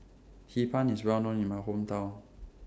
Hee Pan IS Well known in My Hometown